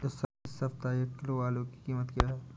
इस सप्ताह एक किलो आलू की कीमत क्या है?